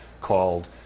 called